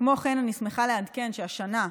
כמו כן, אני שמחה לעדכן שהשנה,